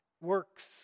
Works